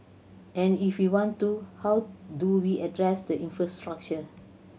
and if we want to how do we address the infrastructure